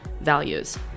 values